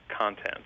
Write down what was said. content